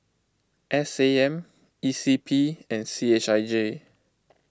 S A M E C P and C H I J